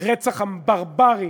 לרצח הברברי